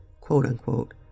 quote-unquote